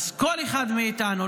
אז כל אחד מאיתנו,